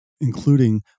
including